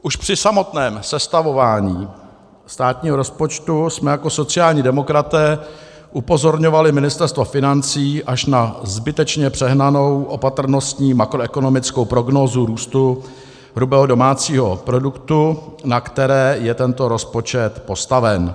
Už při samotném sestavování státního rozpočtu jsme jako sociální demokraté upozorňovali Ministerstvo financí na až zbytečně přehnanou opatrnostní makroekonomickou prognózu růstu hrubého domácího produktu, na které je tento rozpočet postaven.